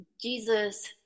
Jesus